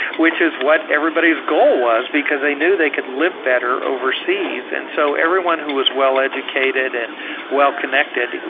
which is what everybody's goal was because they knew they could live better overseas and so everyone who was well educated and well connected,